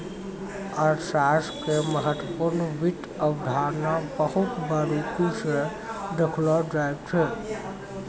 अर्थशास्त्र मे महत्वपूर्ण वित्त अवधारणा बहुत बारीकी स देखलो जाय छै